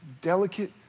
delicate